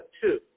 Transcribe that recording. two